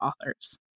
authors